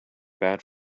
bad